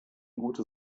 gute